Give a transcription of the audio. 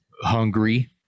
hungry